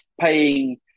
paying